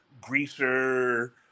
greaser